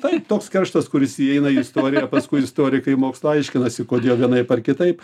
taip toks kerštas kuris įeina į istoriją paskui istorikai mokslu aiškinasi kodėl vienaip ar kitaip